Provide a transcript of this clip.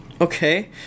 Okay